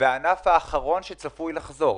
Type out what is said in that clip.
אלה הענפים האחרונים שצפויים לחזור.